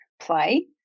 play